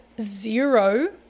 Zero